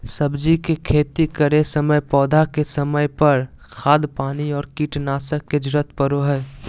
सब्जी के खेती करै समय पौधा के समय पर, खाद पानी और कीटनाशक के जरूरत परो हइ